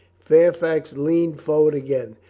fairfax leaned forward again.